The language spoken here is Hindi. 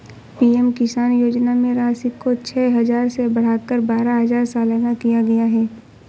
पी.एम किसान योजना में राशि को छह हजार से बढ़ाकर बारह हजार सालाना किया गया है